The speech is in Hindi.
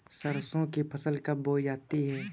सरसों की फसल कब बोई जाती है?